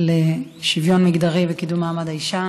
לשוויון מגדרי וקידום מעמד האישה,